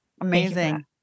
Amazing